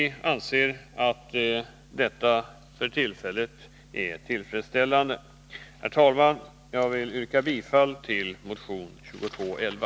Vi anser att detta för tillfället är tillfredsställande. Herr talman! Jag yrkar bifall till motion 2211.